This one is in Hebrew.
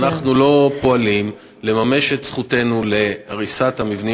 אנחנו לא פועלים לממש את זכותנו להריסת המבנים